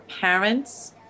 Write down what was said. parents